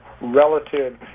relative